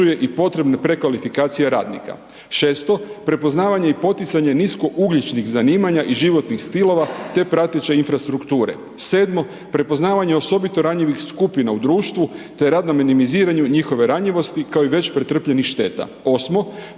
prepoznavanje i poticanje niskougljičnih zanimanja i životnih stilova te prateće infrastrukture. Sedmo, prepoznavanje osobito ranjivih skupina u društvu te rad na minimiziranju njihove ranjivosti kao i već pretrpljenih šteta.